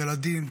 ילדים,